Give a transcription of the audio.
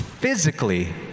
physically